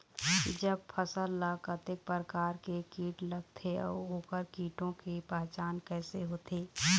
जब फसल ला कतेक प्रकार के कीट लगथे अऊ ओकर कीटों के पहचान कैसे होथे?